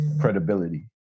credibility